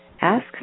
Ask